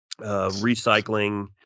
recycling